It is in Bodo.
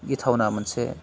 गिथावना मोनसे